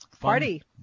party